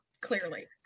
Clearly